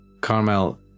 Carmel